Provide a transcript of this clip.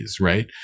right